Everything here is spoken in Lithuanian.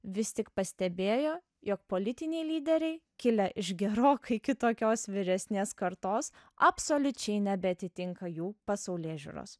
vis tik pastebėjo jog politiniai lyderiai kilę iš gerokai kitokios vyresnės kartos absoliučiai nebeatitinka jų pasaulėžiūros